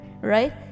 right